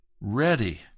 ready